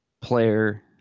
player